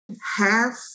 half